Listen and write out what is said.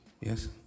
yes